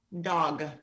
Dog